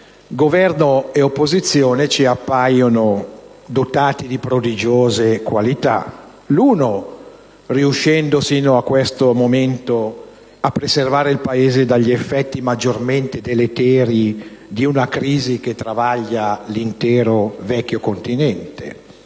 Governo e opposizione ci appaiono dotati di prodigiose qualità: l'uno riuscendo fino a questo momento a preservare il Paese dagli effetti maggiormente deleteri di una crisi che travaglia l'intero vecchio continente